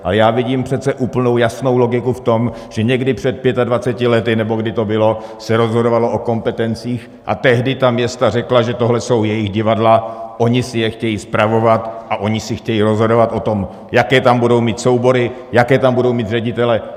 Ale já vidím přece úplnou jasnou logiku v tom, že někdy před 25 lety, nebo kdy to bylo, se rozhodovalo o kompetencích a tehdy ta města řekla, že tohle jsou jejich divadla, oni si je chtějí spravovat a oni si chtějí rozhodovat o tom, jaké tam budou mít soubory, jaké tam budou mít ředitele.